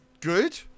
good